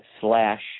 slash